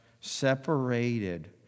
separated